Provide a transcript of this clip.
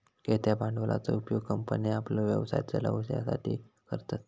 खेळत्या भांडवलाचो उपयोग कंपन्ये आपलो व्यवसाय चलवच्यासाठी करतत